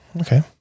okay